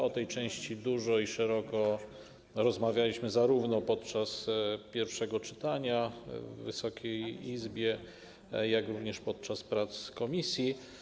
O tej części dużo i szeroko rozmawialiśmy zarówno podczas pierwszego czytania w Wysokiej Izbie, jak i podczas prac komisji.